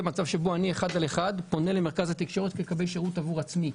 זה מצב שבו אני אחד על אחד פונה למרכז התקשורת לקבל שירות עבור עצמי.